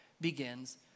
begins